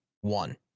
one